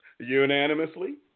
Unanimously